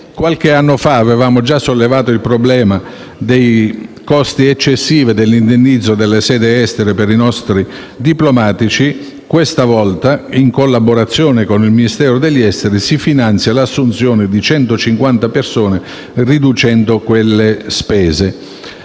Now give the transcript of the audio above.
Qualche anno fa avevamo già sollevato il problema dei costi eccessivi dell'indennizzo delle sedi estere per i nostri diplomatici; questa volta, in collaborazione con il Ministero degli affari esteri, si finanza l'assunzione di 150 persone riducendo quelle spese.